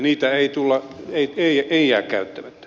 niitä ei jää käyttämättä